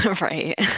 Right